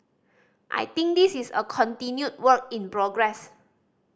I think this is a continued work in progress